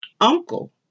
uncle